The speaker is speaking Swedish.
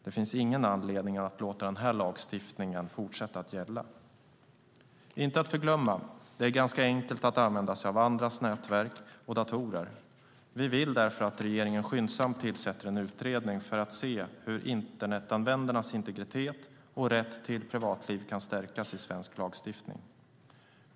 Det finns ingen anledning att låta den här lagstiftningen fortsätta att gälla. Inte att förglömma är det ganska enkelt att använda sig av andras nätverk och datorer. Vi vill därför att regeringen skyndsamt tillsätter en utredning för att se hur internetanvändarnas integritet och rätt till privatliv kan stärkas i svensk lagstiftning.